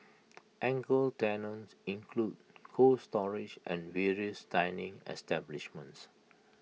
anchor tenants include cold storage and various dining establishments